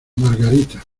margarita